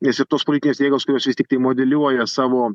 nes ir tos politinės jėgos kurios vis tiktai modeliuoja savo